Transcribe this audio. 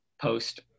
post